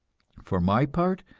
for my part,